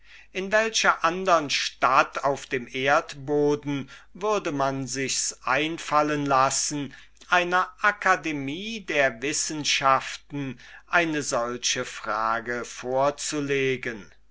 in welcher andern stadt auf dem erdboden würde man sichs einfallen lassen einer akademie der wissenschaften eine solche frage vorzulegen